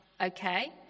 okay